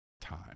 time